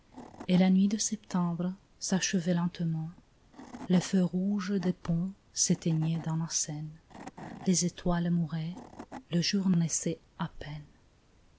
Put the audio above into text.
et la nuit de septembre s'achevait lentement les feux rouges des ponts s'éteignaient dans la seine les étoiles mouraient le jour naissait à peine